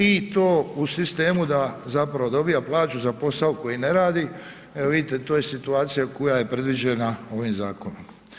I to u sistemu da zapravo dobiva plaću za posao koji ne radi, evo, vidite, to je situacija koja je predviđena ovim zakonom.